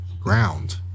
ground